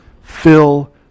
fill